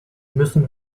müssen